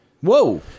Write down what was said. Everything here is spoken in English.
Whoa